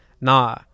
nah